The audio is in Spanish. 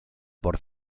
por